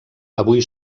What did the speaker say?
avui